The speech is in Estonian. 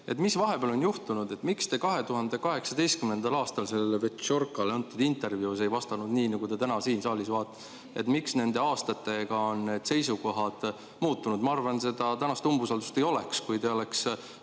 siis vahepeal on juhtunud? Miks te 2018. aastal selleleVetšjorkaleantud intervjuus ei vastanud nii, nagu te täna siin saalis vastasite? Miks nende aastatega on need seisukohad muutunud? Ma arvan, et seda tänast umbusaldust ei oleks, kui te oleks